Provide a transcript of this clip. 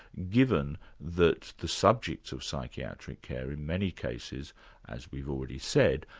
given that the subject of psychiatric care in many cases as we've already said,